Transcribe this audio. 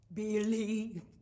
believe